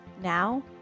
now